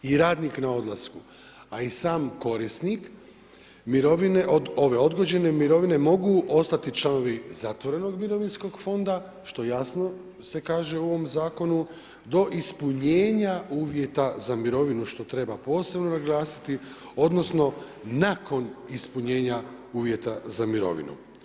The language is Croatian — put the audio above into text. I radnik na odlasku, a i sam korisnik mirovine od ove odgođene mirovine mogu ostati članovi zatvorenog mirovinskog fonda, što je jasno se kaže u ovom Zakonu, do ispunjenja uvjeta za mirovinu, što treba posebno naglasiti, odnosno nakon ispunjenja uvjeta za mirovinu.